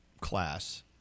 class